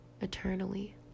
eternally